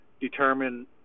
determine